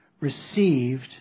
received